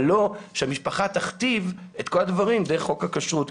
אבל לא שהמשפחה תכתיב את כל הדברים דרך חוק הכשרות.